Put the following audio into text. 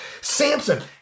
Samson